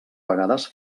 vegades